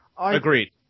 Agreed